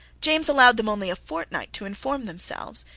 james allowed them only a fortnight to inform themselves,